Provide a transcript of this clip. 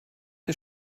die